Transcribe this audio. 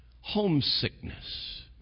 Homesickness